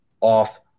off